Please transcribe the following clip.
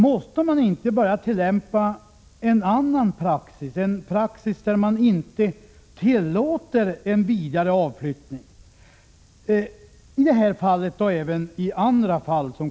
Måste man inte — i det här fallet och i andra fall som kommer att inträffa — börja tillämpa en annan praxis, nämligen att inte tillåta en vidare avflyttning?